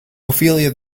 ophelia